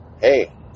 Hey